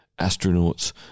astronauts